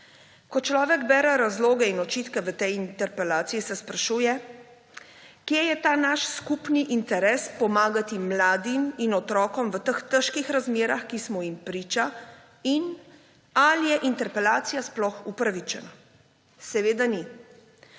Ko človek bere razloge in očitke v tej interpelaciji, se sprašuje, kje je ta naš skupni interes pomagati mladim in otrokom v teh težkih razmerah, ki smo jim priča, in ali je interpelacija sploh upravičena. Seveda ni.